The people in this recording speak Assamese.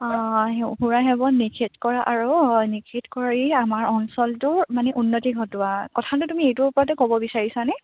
অঁ সুৰাসেৱন নিষেধ কৰা আৰু নিষেধ কৰি আমাৰ অঞ্চলটো মানে উন্নতি ঘটোৱা কথাটো তুমি এইটোৰ ওপৰতে ক'ব বিচাৰিছানে